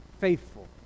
faithful